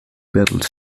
battle